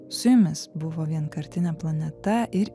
su jumis buvo vienkartinė planeta ir